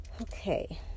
Okay